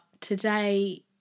today